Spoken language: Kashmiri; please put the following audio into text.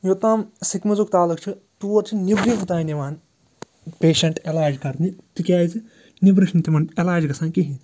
یوٚتام سِکمٕزُک تعلُق چھُ تور چھِ نیٚبرِم تام یِوان پیشَنٛٹ علاج کَرنہِ تِکیٛازِ نیٚبرٕ چھِنہٕ تِمَن علاج گَژھان کِہیٖنۍ